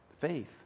Faith